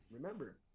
remember